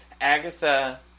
Agatha